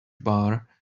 bar